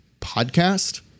podcast